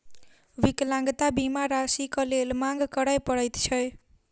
विकलांगता बीमा राशिक लेल मांग करय पड़ैत छै